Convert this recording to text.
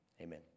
Amen